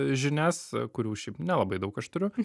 žinias kurių šiaip nelabai daug aš turiu